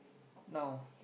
now